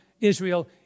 Israel